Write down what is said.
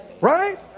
Right